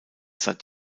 seit